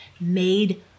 made